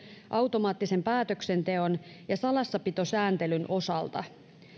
automaattisen päätöksenteon ja salassapitosääntelyn osalta